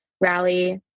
rally